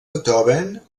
beethoven